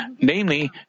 Namely